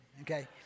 okay